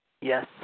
Yes